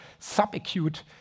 subacute